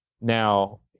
Now